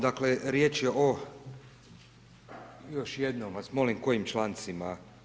Dakle riječ je o još jednom vas molim, kojim člancima.